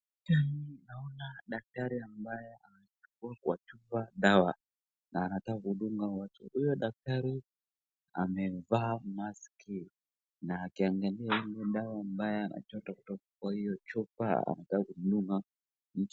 Picha hii naona daktari ambaye anatoa kwa chupa dawa na anataka kudunga watu. Huyo daktari amevaa maski na akiangalia hiyo dawa mbayo anachota kutoka kwa hiyo chupa anataka kumdunga mtu.